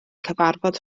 cyfarfod